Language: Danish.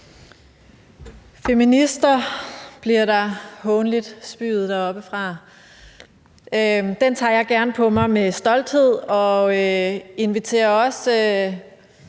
Feminister bliver der hånligt spyet deroppefra. Den tager jeg gerne på mig med stolthed, og jeg inviterer også